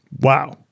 Wow